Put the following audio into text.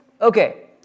Okay